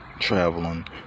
traveling